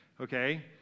Okay